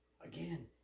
Again